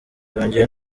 yongeye